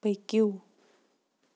پٔکِو